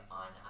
on